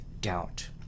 doubt